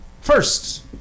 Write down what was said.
First